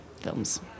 films